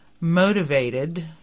motivated